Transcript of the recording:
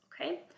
okay